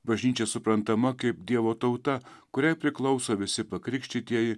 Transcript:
bažnyčia suprantama kaip dievo tauta kuriai priklauso visi pakrikštytieji